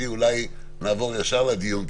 אולי נעבור ישר לדיון,